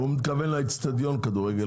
הוא מתכוון לאצטדיון כדורגל,